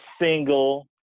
single